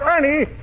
Ernie